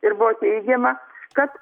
ir buvo teigiama kad